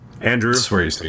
Andrew